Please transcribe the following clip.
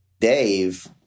Dave